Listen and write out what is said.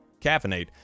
Caffeinate